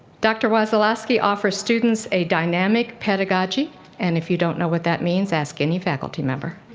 dr. wasileski offers students a dynamic pedagogy and if you don't know what that means ask any faculty member